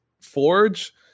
forge